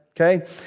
Okay